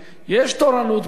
יש תורנות ביניהם.